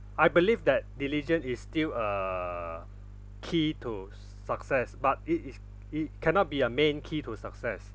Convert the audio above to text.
I believe that diligent is still uh key to s~success but it is it cannot be a main key to success